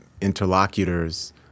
interlocutors